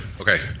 Okay